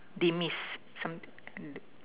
demise something